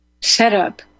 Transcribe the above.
setup